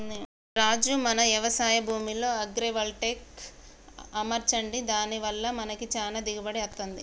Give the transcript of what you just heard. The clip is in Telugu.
రాజు మన యవశాయ భూమిలో అగ్రైవల్టెక్ అమర్చండి దాని వల్ల మనకి చానా దిగుబడి అత్తంది